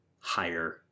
higher